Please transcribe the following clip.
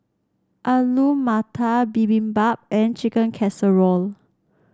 Alu Matar Bibimbap and Chicken Casserole